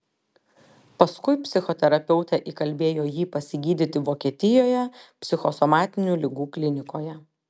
paskui psichoterapeutė įkalbėjo jį pasigydyti vokietijoje psichosomatinių ligų klinikoje